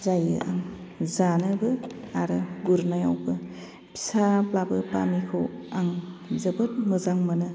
जायो आं जानोबो आरो गुरनायावबो फिसाब्लाबो बामिखौ आं जोबोद मोजां मोनो